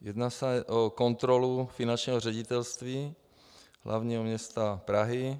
Jedná se o kontrolu finančního ředitelství hlavního města Prahy.